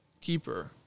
keeper